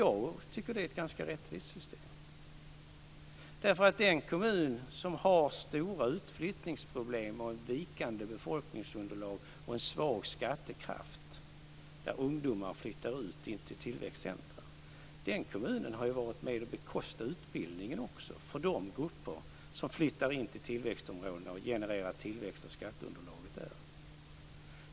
Jag tycker att det är ett ganska rättvist system. En kommun som har stora utflyttningsproblem, vikande befolkningsunderlag och en svag skattekraft, varifrån ungdomar flyttar till tillväxtcentrum, har varit med och bekostat utbildningen för de grupper som flyttar in till tillväxtområdena och genererar tillväxt för skatteunderlaget där.